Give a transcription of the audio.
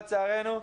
לצערנו,